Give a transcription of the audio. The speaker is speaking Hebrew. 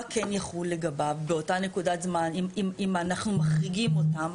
מה כן יחול לגביו באותה נקודת זמן אם אנחנו מחריגים אותם?